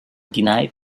denied